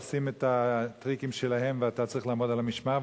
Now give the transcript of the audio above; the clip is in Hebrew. עושות את הטריקים שלהן ואתה צריך לעמוד על המשמר.